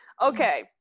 okay